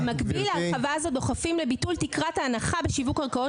במקביל להרחבה הזאת דוחפים לביטול תקרת ההנחה בשיווק קרקעות